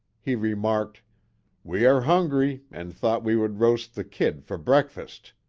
he remarked we are hungry, and thought we would roast the kid for breakfast.